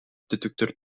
түтүктөр